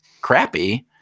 crappy